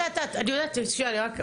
אני יודעת, שנייה.